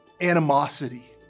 animosity